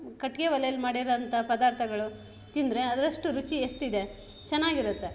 ಕಟ್ಟಿಗೆ ಒಲೆಯಲ್ಲಿ ಮಾಡಿರೊ ಅಂತ ಪದಾರ್ಥಗಳು ತಿಂದರೆ ಅದರಷ್ಟು ರುಚಿ ಎಷ್ಟಿದೆ ಚೆನ್ನಾಗಿರುತ್ತೆ